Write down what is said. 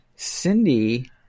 Cindy